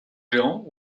géants